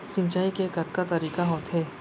सिंचाई के कतका तरीक़ा होथे?